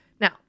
Now